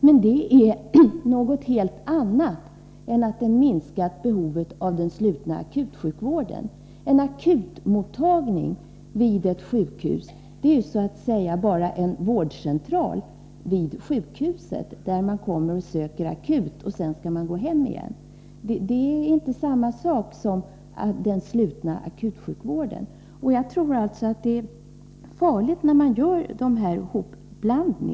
Men det är något helt annat än ett minskat behov av den slutna akutsjukvården. En akutmottagning på ett sjukhus är ju så att säga bara en vårdcentral på sjukhuset dit man söker sig för akutsjukvård. Sedan skall man gå hem igen. Det är inte samma sak som den slutna akutsjukvården. Jag tror alltså att det är farligt att blanda ihop de olika begreppen.